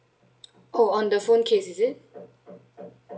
oh on the phone case is it